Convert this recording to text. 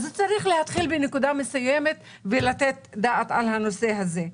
צריך להתחיל בנקודה מסוימת ולתת את הדעת על הנושא הזה.